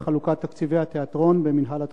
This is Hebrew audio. חלוקת תקציבי התיאטרון במינהל התרבות.